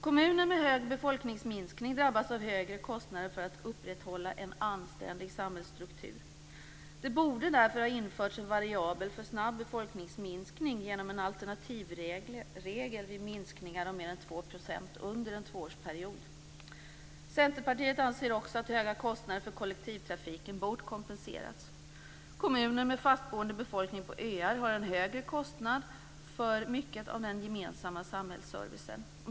Kommuner med hög befolkningsminskning drabbas av högre kostnader för att upprätthålla en anständig samhällsstruktur. Det borde därför ha införts en variabel för snabb befolkningsminskning genom en alternativregel vid minskningar om mer än 2 % under en tvåårsperiod. Centerpartiet anser också att höga kostnader för kollektivtrafiken bort kompenseras. Kommuner med fastboende befolkning på öar har en högre kostnad för mycket av den gemensamma samhällsservicen.